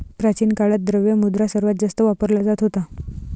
प्राचीन काळात, द्रव्य मुद्रा सर्वात जास्त वापरला जात होता